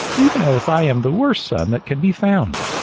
even as i am the worst son that can be found.